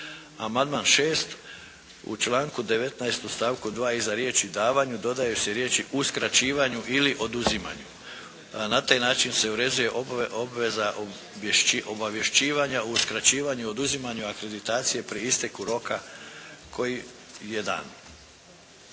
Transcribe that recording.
Amandman 6. u članku 19. u stavku 2. iza riječi: "davanju" dodaju se riječi: "uskraćivanju ili oduzimanju". Na taj način se uređuje obveza obavješćivanja, uskraćivanju, oduzimanju akreditacije pri isteku roka koji je dan.